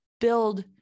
build